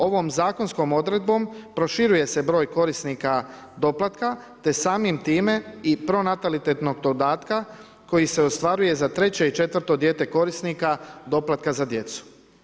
Ovom zakonskom odredbom proširuje se broj korisnika doplatka te samim time i pronatalitetnog dodataka koji se ostvaruje za treće i četvrto dijete korisnika doplatka za djecu.